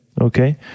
Okay